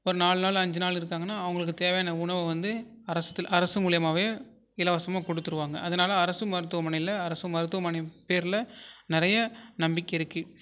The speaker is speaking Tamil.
ஒரு நாலு நாள் அஞ்சு நாள் இருக்காங்கனால் அவங்களுக்கு தேவையான உணவை வந்து அரசுத்துல அரசு மூலயமாவே இலவசமாக கொடுத்துருவாங்க அதனால அரசு மருத்துவமனையில் அரசு மருத்துவமனை பேரில் நிறையா நம்பிக்கை இருக்குது